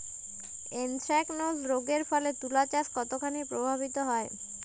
Anthracnose রোগ এর ফলে তুলাচাষ কতখানি প্রভাবিত হয়?